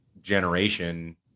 generation